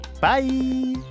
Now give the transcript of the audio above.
bye